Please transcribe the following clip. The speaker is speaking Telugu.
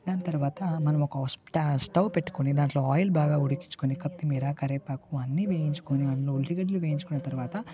దాని తర్వాత మనం ఒక స్ట స్టవ్ పెట్టుకొని దాంట్లో ఆయిల్ బాగా ఉడికించుకొని కొత్తిమీర కరివేపాకు అన్ని వేయించుకొని ఉల్లిగడ్డలు వేయించుకున్న తర్వాత